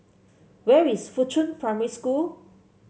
where is Fuchun Primary School